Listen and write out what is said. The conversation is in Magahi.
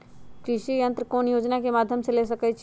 कृषि यंत्र कौन योजना के माध्यम से ले सकैछिए?